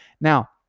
Now